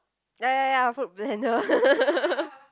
ya ya ya fruit blender